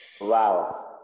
Wow